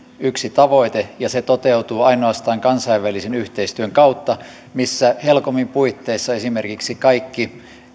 yksi tavoite ja se toteutuu ainoastaan kansainvälisen yhteistyön kautta missä helcomin puitteissa esimerkiksi kaikki